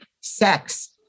Sex